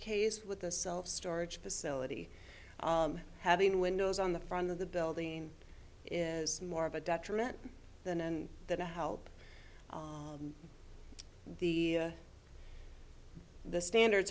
case with the self storage facility having windows on the front of the building is more of a detriment than and that help the the standard